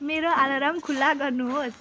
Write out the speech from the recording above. मेरो अलार्म खुला गर्नुहोस्